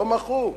לא מחו.